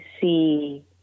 see